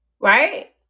right